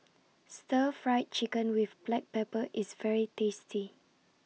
Stir Fried Chicken with Black Pepper IS very tasty